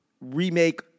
remake